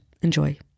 Enjoy